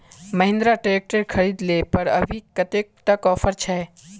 Mahindra tractor खरीद ले पर अभी कतेक तक ऑफर छे?